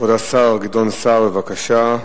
כבוד השר גדעון סער, בבקשה,